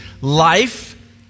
life